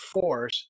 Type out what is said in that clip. force